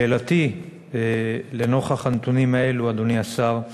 שאלתי, לנוכח הנתונים האלה, אדוני השר: